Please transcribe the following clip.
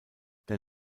der